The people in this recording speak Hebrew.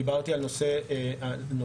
דיברתי על נושא המלווה,